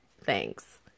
Thanks